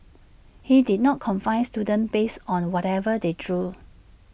he did not confine students based on whatever they drew